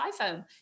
iPhone